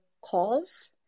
calls